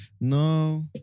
No